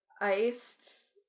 iced